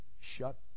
shut